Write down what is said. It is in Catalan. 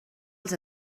els